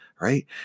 Right